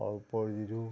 সৰ্পৰ যিটো